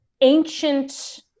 ancient